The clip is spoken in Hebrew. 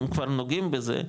אם כבר נוגעים בזה,